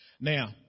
Now